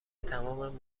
تمام